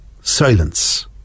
Silence